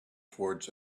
towards